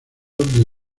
desde